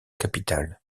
capitale